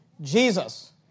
Jesus